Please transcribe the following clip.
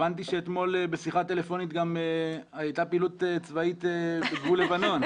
הבנתי שאתמול בשיחה טלפונית הייתה פעילות צבאית בגבול לבנון.